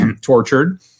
tortured